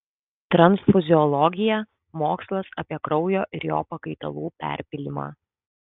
transfuziologija mokslas apie kraujo ir jo pakaitalų perpylimą